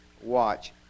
watch